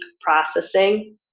processing